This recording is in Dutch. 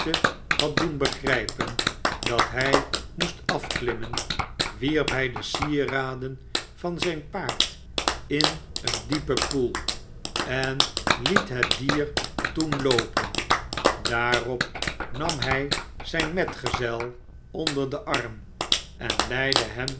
had doen begnjpen dat hymoest af klimmen wierp hij de sieraden van zijn ervtm en dle p en p el j en et het dier toen loopen daarop nam hi zijn metgezel onder den arm en leidde hem